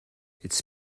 its